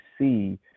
see